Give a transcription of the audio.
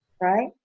right